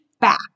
back